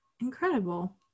Incredible